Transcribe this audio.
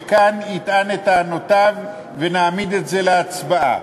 וכאן יטען את טענותיו, ונעמיד את זה להצבעה,